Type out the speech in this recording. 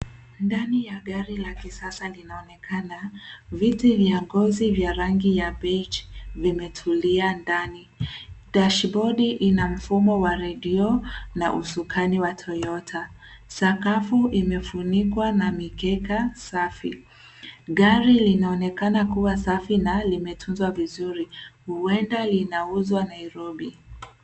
Ndani ya gari la kisasa linaonekana. Viti vya ngozi vya rangi ya cs[biege]cs vimetulia ndani. Dashbodi ina mfumo wa redio na usukani wa Toyota. Sakafu imefunikwa na mikeka safi. Gari linaonekana kuwa safi na limetunzwa vizuri. Huenda linauzwa Nairobi.